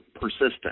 persistent